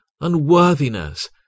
unworthiness